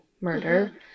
murder